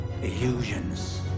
illusions